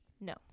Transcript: No